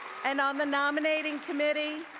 and on the nominating committee,